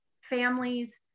families